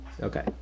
Okay